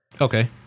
Okay